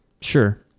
Sure